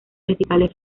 principales